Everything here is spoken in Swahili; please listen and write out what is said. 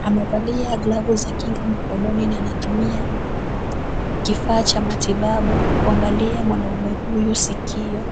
amevalia glavu za kinga mkononi na anatumia kifaa cha matibabu kuangalia mwanaume huyu sikio.